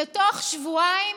ותוך שבועיים